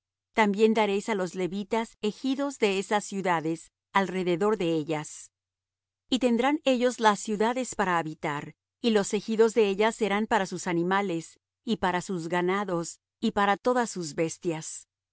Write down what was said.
también daréis á los levitas ejidos de esas ciudades alrededor de ellas y tendrán ellos las ciudades para habitar y los ejidos de ellas serán para sus animales y para sus ganados y para todas sus bestias